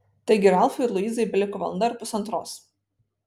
taigi ralfui ir luizai beliko valanda ar pusantros